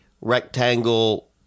rectangle